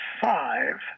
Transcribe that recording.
five